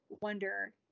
wonder